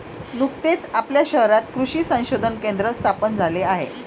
नुकतेच आपल्या शहरात कृषी संशोधन केंद्र स्थापन झाले आहे